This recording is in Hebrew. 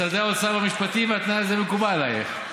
משרדי האוצר והמשפטים, התנאי זה מקובל עלייך?